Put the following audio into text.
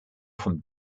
from